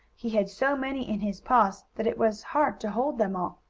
he had so many in his paws that it was hard to hold them all.